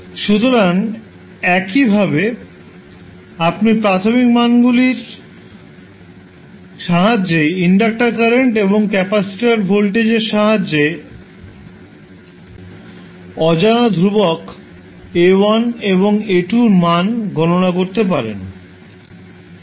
সুতরাং এইভাবে আপনি প্রাথমিক মানগুলির সাহায্যে ইন্ডাক্টর কারেন্ট এবং ক্যাপাসিটর ভোল্টেজের সাহায্যে অজানা ধ্রুবক A1 এবং A2 এর মান গণনা করতে পারেন